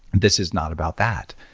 this is not about that.